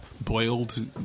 boiled